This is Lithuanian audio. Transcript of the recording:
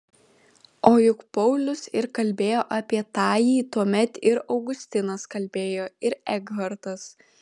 o juk paulius ir kalbėjo apie tąjį tuomet ir augustinas kalbėjo ir ekhartas